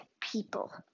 people